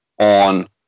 on